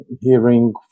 hearing